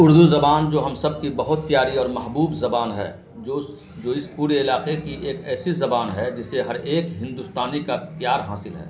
اردو زبان جو ہم سب کی بہت پیاری اور محبوب زبان ہے جو اس جو اس پورے علاقے کی ایک ایسی زبان ہے جسے ہر ایک ہندوستانی کا پیار حاصل ہے